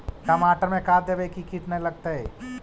टमाटर में का देबै कि किट न लगतै?